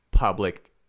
public